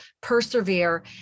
persevere